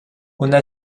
una